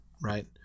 right